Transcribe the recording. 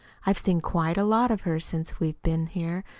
i've seen quite a lot of her since we've been here,